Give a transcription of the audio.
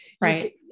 Right